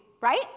right